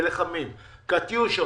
הם עושים זאת על אף קטיושות,